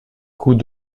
coup